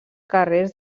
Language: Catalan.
carrers